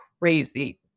crazy